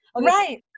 Right